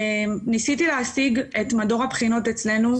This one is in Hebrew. ניסיתי להשיג את מדור הבחינות אצלנו,